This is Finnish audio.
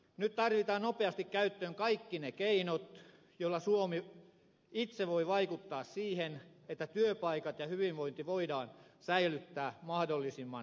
nyt tarvitaan nopeasti käyttöön kaikki ne keinot joilla suomi itse voi vaikuttaa siihen että työpaikat ja hyvinvointi voidaan säilyttää mahdollisimman monelle